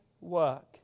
work